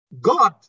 God